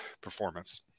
performance